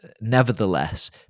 nevertheless